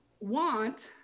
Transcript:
want